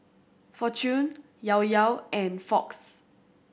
Fortune Llao Llao and Fox